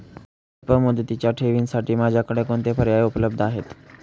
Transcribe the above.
अल्पमुदतीच्या ठेवींसाठी माझ्याकडे कोणते पर्याय उपलब्ध आहेत?